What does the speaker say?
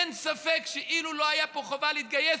אין ספק שאילו לא הייתה פה חובה להתגייס,